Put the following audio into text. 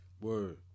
Word